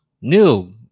new